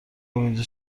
اینجا